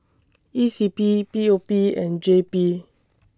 E C P P O P and J P